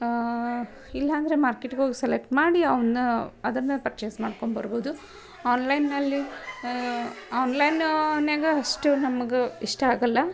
ಇಲ್ಲಾಂದ್ರೆ ಮಾರ್ಕೆಟ್ಗೆ ಹೋಗ್ ಸೆಲೆಕ್ಟ್ ಮಾಡಿ ಅವನ್ನ ಅದನ್ನೇ ಪರ್ಚೇಸ್ ಮಾಡ್ಕೊಂಡ್ಬರ್ಬೊದು ಆನ್ಲೈನ್ನಲ್ಲಿ ಆನ್ಲೈನೂನ್ಯಾಗ ಅಷ್ಟು ನಮ್ಗೆ ಇಷ್ಟ ಆಗಲ್ಲ